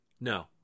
No